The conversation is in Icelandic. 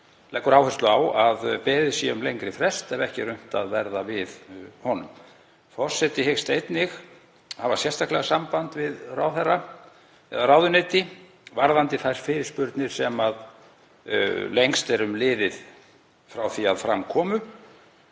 leggur áherslu á að beðið sé um lengri frest ef ekki er unnt að verða við honum. Forseti hyggst einnig hafa sérstaklega samband við ráðherra eða ráðuneyti varðandi þær fyrirspurnir sem lengst er um liðið frá því að fram komu.